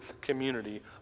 community